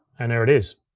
and there it is.